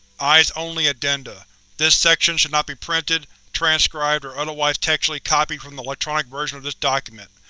eyes-only addenda this section should not be printed, transcribed, or otherwise textually copied from the electronic version of this document.